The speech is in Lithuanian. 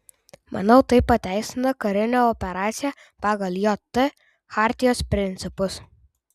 manau tai pateisina karinę operaciją pagal jt chartijos principus